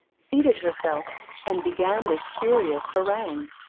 seated herself, and began this curious harangue.